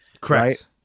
correct